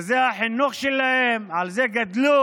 כי זה החינוך שלהם, על זה הם גדלו,